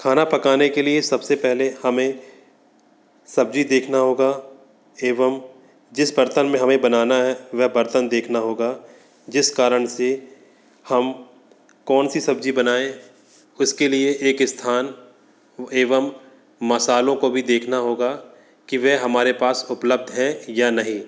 खाना पकाने के लिए सबसे पहले हमें सब्ज़ी देखना होगा एवम जिस बर्तन में हमें बनाना हैं वह बर्तन देखना होगा जिस कारण से हम कौन सी सब्जी बनाएँ उसके लिए एक स्थान एवम मसालों को भी देखना होगा की वह हमारे पास उपलब्ध है या नहीं